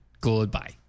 Goodbye